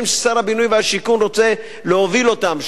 ששר הבינוי והשיכון רוצה להוביל אותם,